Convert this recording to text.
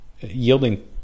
yielding